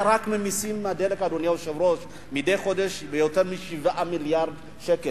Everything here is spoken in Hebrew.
רק ממסים על הדלק יש מדי חודש עודף גבייה של יותר מ-7 מיליארד שקל,